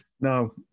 no